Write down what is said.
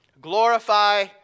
Glorify